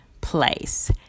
place